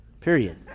period